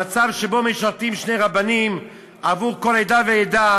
המצב שבו משרתים שני רבנים עבור כל עדה ועדה